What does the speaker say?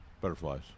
butterflies